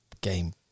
game